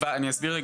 אני אסביר.